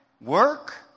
work